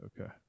okay